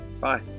Bye